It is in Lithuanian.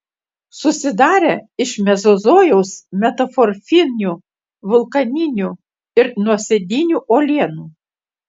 susidarę iš mezozojaus metamorfinių vulkaninių ir nuosėdinių uolienų